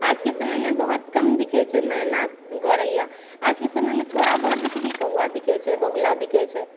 आजके समयमे बहुत कम दिखै छै मैना गोरैया आजके समयमे थोड़ा बहुत जैसे कि कौवा दिखै छै बगुला दिखै छै